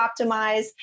optimize